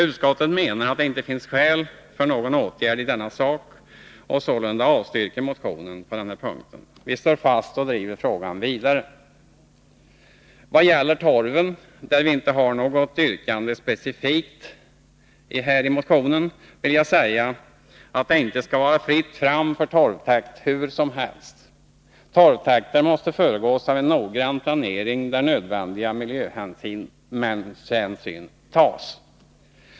Utskottet menar att det inte nu finns skäl för någon åtgärd i denna sak och avstyrker sålunda motionen på denna punkt. Vi står fast och driver frågan vidare. I vad gäller torven, där vi inte har något specifikt motionsyrkande, vill jag säga att det inte skall vara fritt fram för torvtäkt var som helst. Torvtäkter måste. föregås av en noggrann planering där nödvändiga miljöhänsyn tas.